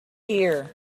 here